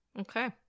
Okay